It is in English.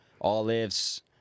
olives